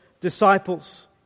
disciples